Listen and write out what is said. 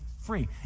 free